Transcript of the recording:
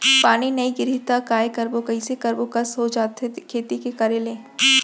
पानी नई गिरही त काय करबो, कइसे करबो कस हो जाथे खेती के करे ले